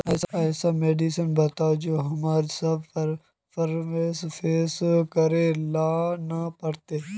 ऐसन मेडिसिन बताओ जो हम्मर सबके प्रॉब्लम फेस करे ला ना पड़ते?